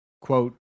quote